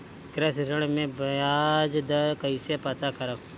कृषि ऋण में बयाज दर कइसे पता करब?